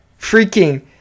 freaking